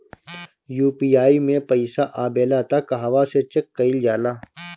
UPI मे पइसा आबेला त कहवा से चेक कईल जाला?